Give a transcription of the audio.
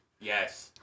yes